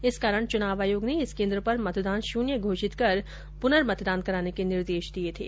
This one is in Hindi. इस कारण चुनाव आयोग ने इस ेकेन्द्र पर मतदान शून्य घोषित कर पुनर्मतदान कराने के निर्देश दिये थे